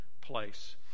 place